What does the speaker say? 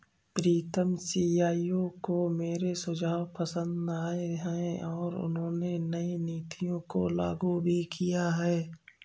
प्रीतम CEO को मेरे सुझाव पसंद आए हैं और उन्होंने नई नीतियों को लागू भी किया हैं